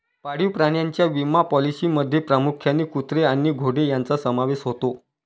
पाळीव प्राण्यांच्या विमा पॉलिसींमध्ये प्रामुख्याने कुत्रे आणि घोडे यांचा समावेश होतो